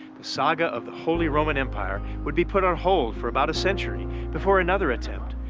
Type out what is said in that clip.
saga of the holy roman empire would be put on hold for about a century before another attempt,